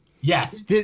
Yes